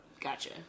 Gotcha